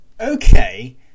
okay